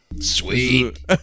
Sweet